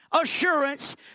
assurance